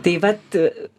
tai vat